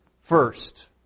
First